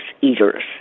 eaters